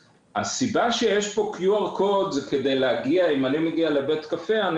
הסיבה שיש פה קוד QR היא שאם אני מגיע לבית הקפה או המסעדה,